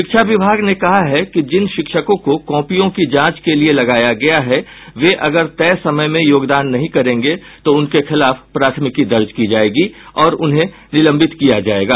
शिक्षा विभाग ने कहा है कि जिन शिक्षकों को कॉपियों की जांच के लिये लगाया गया है वे अगर तय समय में योगदान नहीं करेंगे तो उनके खिलाफ प्राथमिकी दर्ज की जायेगी और उन्हें निलंबित किया जायेगा